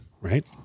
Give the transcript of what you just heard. Right